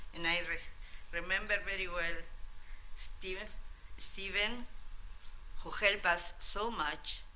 and i remember very well steven steven who help us so much.